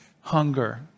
hunger